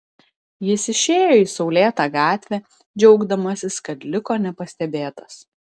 jis išėjo į saulėtą gatvę džiaugdamasis kad liko nepastebėtas